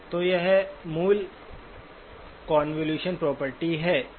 तो यह मूल कोंवोलुशन प्रॉपर्टी है